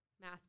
Math